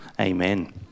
Amen